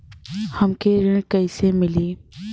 हमके ऋण कईसे मिली?